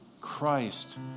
Christ